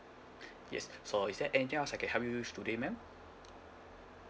yes so is there anything else I can help you with today ma'am